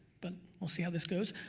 but i'll see how this goes,